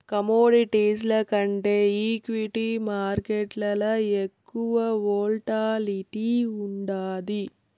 కమోడిటీస్ల కంటే ఈక్విటీ మార్కేట్లల ఎక్కువ వోల్టాలిటీ ఉండాది